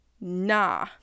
nah